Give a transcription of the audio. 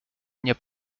mnie